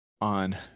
on